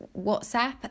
whatsapp